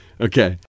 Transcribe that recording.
Okay